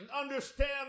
Understand